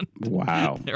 Wow